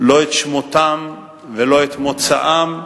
לא את שמותיהם ולא את מוצאם,